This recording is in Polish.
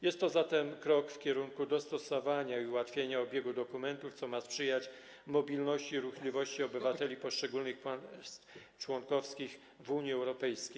Jest to zatem krok w kierunku dostosowania i ułatwienia obiegu dokumentów, co ma sprzyjać mobilności i ruchliwości obywateli poszczególnych państw członkowskich w Unii Europejskiej.